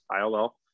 ILL